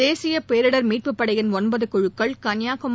தேசிய பேரிடர் மீட்புப் படையின் ஒன்பது குழுக்கள் கன்னியாகுமி